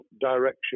direction